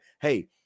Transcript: hey